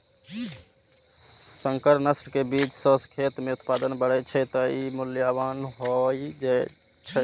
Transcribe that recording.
संकर नस्ल के बीज सं खेत मे उत्पादन बढ़ै छै, तें ई मूल्यवान होइ छै